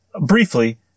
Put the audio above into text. briefly